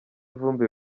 vumbi